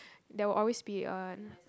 there will always be a